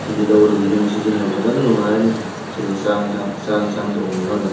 ꯁꯤꯗꯤ ꯂꯧꯔꯒꯦ ꯌꯨꯝꯗ ꯁꯤꯖꯤꯟꯅꯕ ꯐꯖꯅ ꯅꯨꯡꯉꯥꯏꯔꯅꯤ ꯁꯤꯗꯤ ꯆꯥꯛ ꯌꯦꯟꯁꯥꯡ ꯆꯥꯛ ꯌꯦꯟꯁꯥꯡ ꯊꯣꯡꯕꯀꯥꯟꯗ